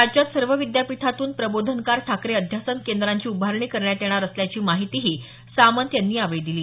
राज्यात सर्व विद्यापीठातून प्रबोधनकार ठाकरे अध्यासन केंद्रांची उभारणी करण्यात येणार असल्याची माहितीही सामंत यांनी यावेळी दिली